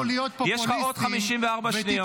יש לך עוד 54 שניות.